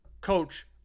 coach